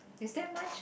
is that much